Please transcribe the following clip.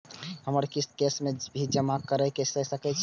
हमर किस्त कैश में भी जमा कैर सकै छीयै की?